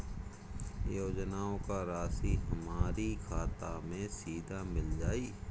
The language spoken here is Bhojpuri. योजनाओं का राशि हमारी खाता मे सीधा मिल जाई?